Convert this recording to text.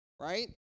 Right